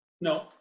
No